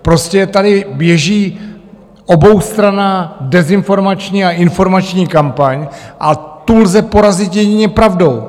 Prostě tady běží oboustranná dezinformační a informační kampaň a tu lze porazit jedině pravdou.